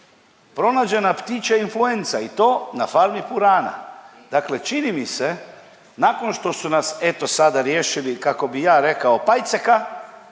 pronađena ptičja influenca i to na farmi purana. Dakle, čini mi se nakon što su nas eto sada riješili kako bih ja rekao pajceka,